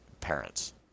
parents